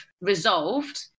resolved